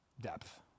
depth